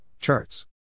Charts